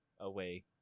away